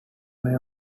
may